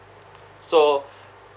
so